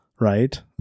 right